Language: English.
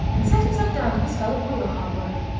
and set himself down to a spell of real hard work.